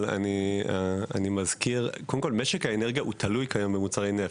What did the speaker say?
אבל אני מזכיר משק האנרגיה תלוי כיום במוצרי נפט.